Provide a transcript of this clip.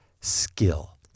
skill